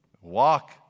walk